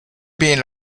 being